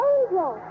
Angel